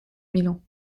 milan